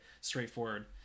straightforward